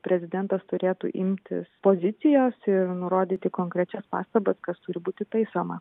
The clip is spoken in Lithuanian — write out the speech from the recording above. prezidentas turėtų imtis pozicijos ir nurodyti konkrečias pastabas kas turi būti taisoma